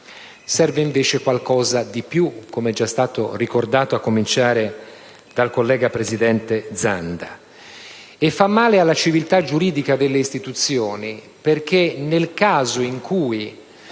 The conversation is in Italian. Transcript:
serve qualcosa di più, come è già stato ricordato, a cominciare dal collega presidente Zanda. Fa male alla civiltà giuridica delle istituzioni perché, nel caso in cui